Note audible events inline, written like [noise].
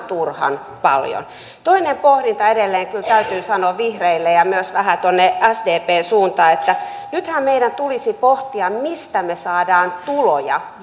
[unintelligible] turhan paljon toinen pohdinta edelleen kyllä täytyy sanoa vihreille ja vähän myös tuonne sdpn suuntaan että nythän meidän tulisi pohtia mistä me saamme tuloja [unintelligible]